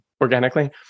organically